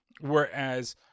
whereas